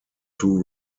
two